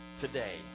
today